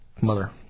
mother